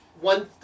one